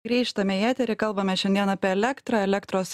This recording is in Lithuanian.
grįžtame į eterį kalbame šiandien apie elektrą elektros